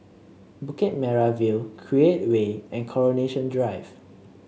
Bukit Merah View Create Way and Coronation Drive